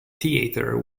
theater